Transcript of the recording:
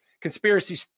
conspiracy